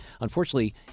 Unfortunately